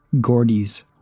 Gordy's